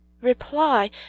reply